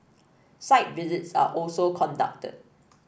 site visits are also conducted